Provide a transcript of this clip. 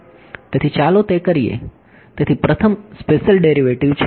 તેથી ચાલો તે કરીએ તેથી પ્રથમ સ્પેશિયલ ડેરિવેટિવ છે